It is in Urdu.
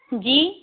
جی